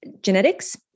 genetics